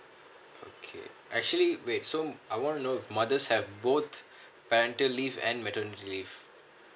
okay actually wait so uh I want to know mothers have both parenting leave and maternity leave